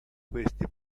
questi